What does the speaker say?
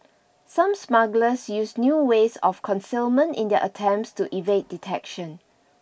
some smugglers used new ways of concealment in their attempts to evade detection